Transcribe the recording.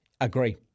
Agree